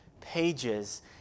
pages